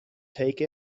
take